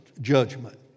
judgment